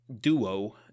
duo